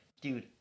dude